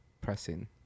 pressing